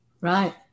right